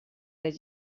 les